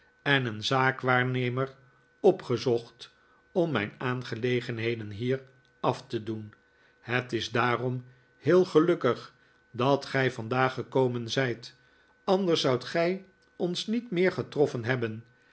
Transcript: en een zaakwaarnemer opgezocht om mijn aangelegenheden hier af te doen het is daarom heel gelukkig dat gij vandaag gekomen zijt anders zoudt gij ons niet meer getroffen hebben